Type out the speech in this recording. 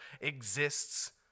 exists